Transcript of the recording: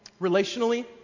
Relationally